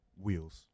wheels